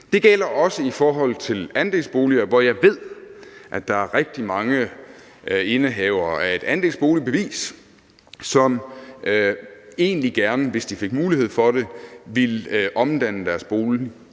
Det gælder også i forhold til andelsboliger, hvor jeg ved, at der er rigtig mange indehavere af et andelsboligbevis, som egentlig gerne, hvis de fik mulighed for det, ville omdanne deres bolig